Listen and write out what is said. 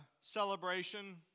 celebration